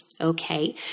Okay